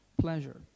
pleasure